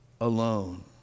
alone